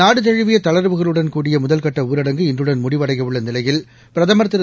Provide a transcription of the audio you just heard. நாடுதழுவிய தளர்வுகளுடன் கூடிய முதல்கட்ட ஊரடங்கு இன்றுடன் முடிவடையவுள்ள நிலையில் பிரதமர் திரு